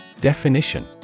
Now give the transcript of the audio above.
Definition